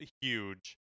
huge